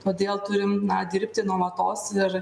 todėl turim na dirbti nuolatos ir